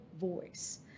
voice